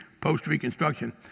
post-Reconstruction